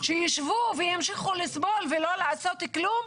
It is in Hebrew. שישבו וימשיכו לסבול ולא לעשות כלום?